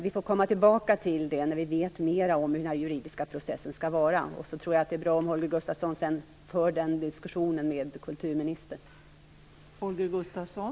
Vi får komma tillbaka till det när vi vet mera om hur den juridiska processen skall vara. Jag tror att det är bra om Holger Gustafsson sedan för den diskussionen med kulturministern.